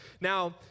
Now